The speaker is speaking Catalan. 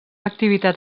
activitat